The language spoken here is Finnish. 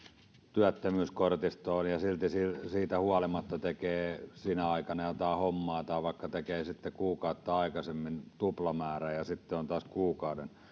työttömyyskortistoon ja silti siitä huolimatta tekee sinä aikana jotain hommaa tai vaikka tekee kuukautta aikaisemmin tuplamäärän ja sitten on taas kuukauden työttömänä